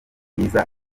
bwiza